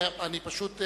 פשוט,